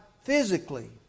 physically